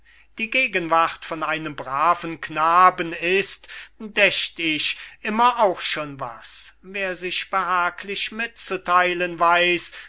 die gegenwart von einem braven knaben ist dächt ich immer auch schon was wer sich behaglich mitzutheilen weiß